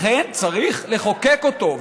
לכן, צריך לחוקק אותו.